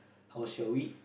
how shall we